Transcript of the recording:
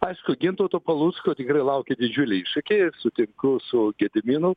aišku gintauto palucko tikrai laukia didžiuliai iššūkiai sutikau su gediminu